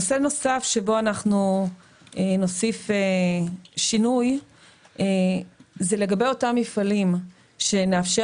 נושא נוסף שבו אנחנו נוסיף שינוי זה לגבי אותם מפעלים שנאפשר